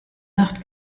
nacht